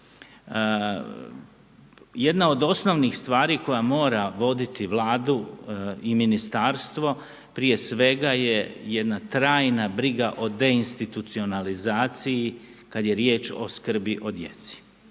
Jedna od osnovnih stvari koja moja voditi Vladu i ministarstvo prije svega je jedna trajna briga o deinstitucionalizaciji kada je riječ o skrbi o djeci.